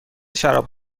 شراب